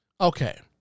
Okay